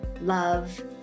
love